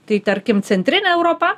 tai tarkim centrinė europa